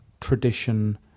tradition